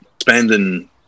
spending